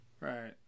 right